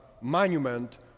monument